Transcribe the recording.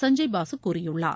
சஞ்சய் பாசு கூறியுள்ளார்